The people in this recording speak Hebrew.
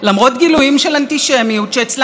כאן הונחו היסודות לזה שזה יקרה.